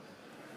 טוב.